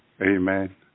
Amen